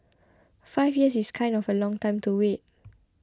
five years is kind of a long time to wait